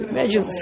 Imagine